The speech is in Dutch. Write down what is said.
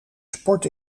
sport